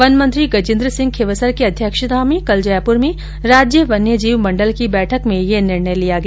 one मंत्री गजेन्द्र सिंह खींवसर की अध्यक्षता में कल जयपुर में राज्य वन्यजीव मण्डल की बैठक में ये निर्णय लिया गया